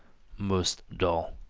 mostly dull.